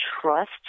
trust